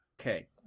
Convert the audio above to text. Okay